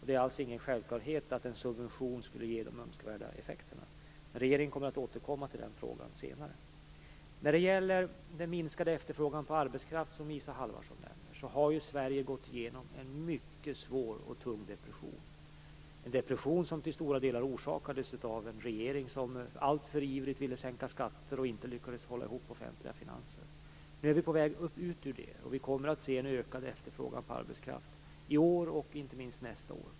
Det är alltså ingen självklarhet att en subvention skulle ge de önskvärda effekterna. Men regeringen kommer att återkomma till den frågan senare. När det gäller den minskade efterfrågan på arbetskraft som Isa Halvarsson nämner har ju Sverige gått igenom en mycket svår och tung depression, en depression som till stora delar orsakades av en regering som alltför ivrigt ville sänka skatter och inte lyckades hålla ihop de offentliga finanserna. Nu är vi på väg ut ur detta, och vi kommer att se en ökad efterfrågan på arbetskraft i år och inte minst nästa år.